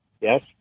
Yes